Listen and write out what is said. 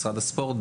משרד הספורט,